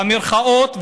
במירכאות,